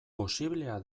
posiblea